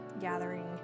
gathering